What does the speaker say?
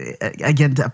Again